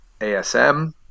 ASM